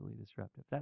disruptive